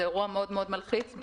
זה אירוע מאוד מאוד מלחיץ.